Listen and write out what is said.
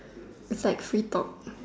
sexy talk